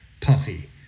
Puffy